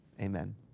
amen